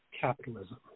capitalism